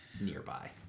nearby